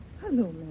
Hello